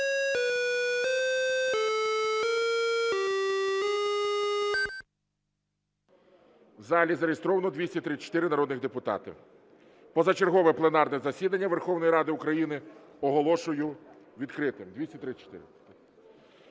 В залі зареєстровано 234 народних депутати. Позачергове пленарне засідання Верховної Ради України оголошую відкритим.